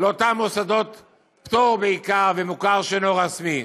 לאותם מוסדות פטור, בעיקר, ומוכר שאינו רשמי.